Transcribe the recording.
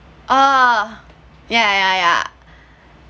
oh ya ya ya